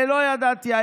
לא ידעתי.